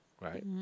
Right